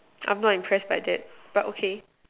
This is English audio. I'm not impressed by that but okay